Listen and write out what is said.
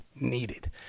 needed